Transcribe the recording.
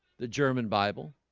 the german bible